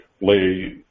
lay